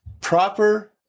proper